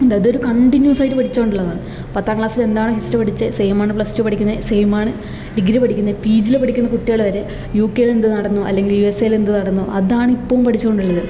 എന്താ ഇതൊരു കണ്ടിന്യൂസായിട്ട് പഠിച്ചുകൊണ്ടുള്ളതാണ് പത്താം ക്ലാസ്സിൽ എന്താണ് ഹിസ്റ്ററി പഠിച്ചത് സെയിം ആണ് പ്ലസ് ടു പഠിക്കുന്നത് സെയിമാണ് ഡിഗ്രി പഠിക്കുന്നത് പി ജിയില് പഠിക്കുന്ന കുട്ടികള് വരെ യു ക്കെയിൽ എന്ത് നടന്നു അല്ലെങ്കിൽ യു എസ് എയിൽ എന്ത് നടന്നു അതാണ് ഇപ്പോഴും പഠിച്ചു കൊണ്ടുള്ളത്